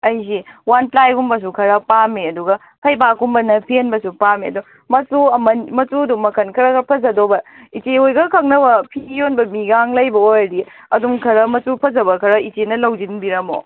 ꯑꯩꯁꯦ ꯋꯥꯟ ꯄ꯭ꯂꯥꯏꯒꯨꯝꯕꯁꯨ ꯈꯔ ꯄꯥꯝꯃꯦ ꯑꯗꯨꯒ ꯐꯩꯕꯥꯛꯀꯨꯝꯕꯅ ꯐꯦꯟꯕꯁꯨ ꯄꯥꯝꯃꯤ ꯑꯗꯨ ꯃꯆꯨꯗꯣ ꯃꯈꯟ ꯈꯔ ꯈꯔ ꯐꯖꯗꯧꯕ ꯏꯆꯦ ꯍꯣꯏꯒ ꯈꯪꯕꯅ ꯐꯤ ꯌꯣꯟꯕ ꯃꯤꯒꯥꯡ ꯂꯩꯕ ꯑꯣꯏꯔꯗꯤ ꯑꯗꯨꯝ ꯈꯔ ꯃꯆꯨ ꯐꯖꯕ ꯈꯔ ꯏꯆꯦꯅ ꯂꯧꯁꯟꯕꯤꯔꯝꯃꯣ